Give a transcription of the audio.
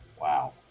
Wow